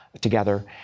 together